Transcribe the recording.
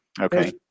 Okay